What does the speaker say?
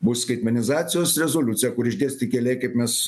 bus skaitmenizacijos rezoliucija kur išdėstyti keliai kaip mes